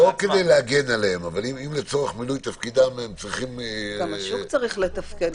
גם השוק צריך לתפקד,